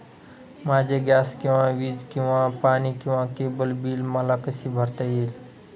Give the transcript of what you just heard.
माझे गॅस किंवा वीज किंवा पाणी किंवा केबल बिल मला कसे भरता येईल?